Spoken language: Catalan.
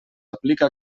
aplica